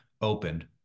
opened